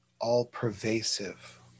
all-pervasive